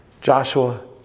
Joshua